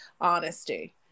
honesty